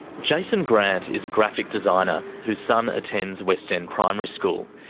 jason grant is a graphic designer whose son attends west end primary school.